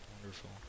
Wonderful